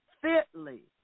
fitly